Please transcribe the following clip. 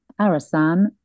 Arasan